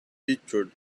featured